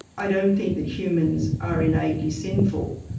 i don't think that humans are innately sinful,